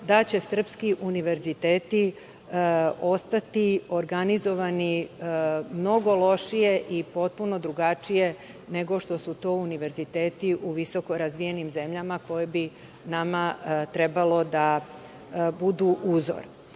da će srpski univerziteti ostati organizovani mnogo lošije i potpuno drugačije nego što su to univerziteti u visoko razvijenim zemljama koje bi nama trebalo da budu uzor. Meni